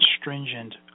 stringent